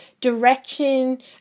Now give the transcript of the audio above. direction